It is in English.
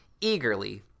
eagerly